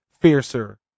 fiercer